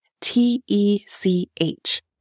T-E-C-H